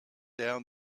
down